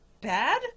bad